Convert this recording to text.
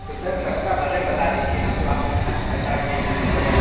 तो सर सबका बजट बता दीजिए ना तो आप कितना पैसा लेंगे जैसे आप